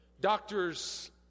doctors